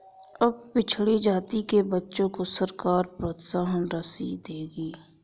अब पिछड़ी जाति के बच्चों को सरकार प्रोत्साहन राशि देगी